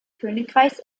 königreichs